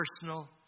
personal